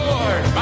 Lord